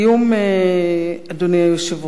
אדוני היושב-ראש,